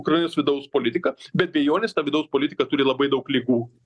ukrainos vidaus politiką be abejonės ta vidaus politika turi labai daug ligų